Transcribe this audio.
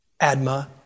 Adma